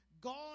God